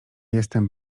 jestem